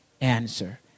answer